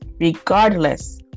regardless